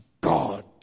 God